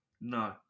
No